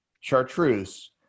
chartreuse